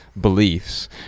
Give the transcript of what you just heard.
beliefs